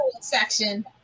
section